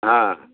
ಹಾಂ